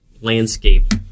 landscape